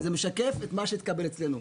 זה משקף את מה שהתקבל אצלנו.